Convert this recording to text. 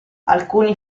alcuni